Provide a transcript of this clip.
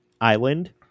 island